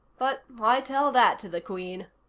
but why tell that to the queen?